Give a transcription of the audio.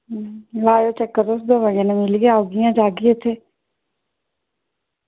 लाएओ चक्कर तुस दमें जनियां मिलियै औह्गियां जाह्गियां इत्थै